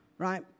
Right